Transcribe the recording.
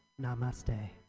Namaste